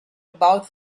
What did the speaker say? about